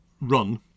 run